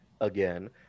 again